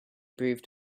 breathed